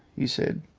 he said.